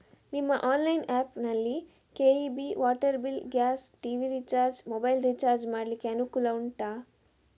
ನಿಮ್ಮ online app ನಲ್ಲಿ KEB, water bill, gas, TV recharge, mobile recharge ಮಾಡ್ಲಿಕ್ಕೆ ಅನುಕೂಲ ಉಂಟಾ